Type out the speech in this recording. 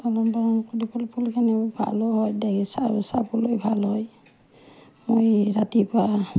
লালন পালন কৰি পেলাই ফুলখিনি ভালো হয় দেখি চাই চা চাবলৈ ভাল হয় মই ৰাতিপুৱা